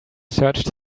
searched